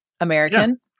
American